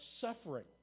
suffering